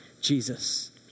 Jesus